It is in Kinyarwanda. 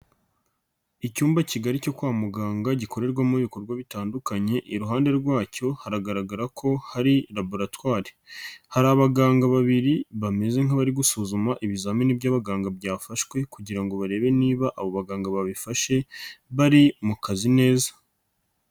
Icyumba kigari cyo kwa muganga gikorerwamo ibikorwa bitandukanye, iruhande rwacyo haragaragara ko hari laboratwari, hari abaganga babiri bameze nk'abari gusuzuma ibizamini by'abaganga byafashwe kugira ngo barebe niba abo baganga babifashe, bari mu kazi neza.